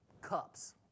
cups